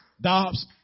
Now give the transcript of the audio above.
Dobbs